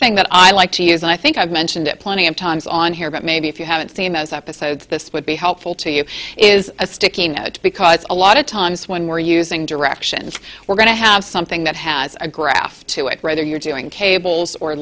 thing that i like to use and i think i've mentioned it plenty of times on here but maybe if you haven't seen those episodes this would be helpful to you is sticking because a lot of times when we're using directions we're going to have something that has a graph to it rather you're doing cables or